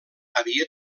havia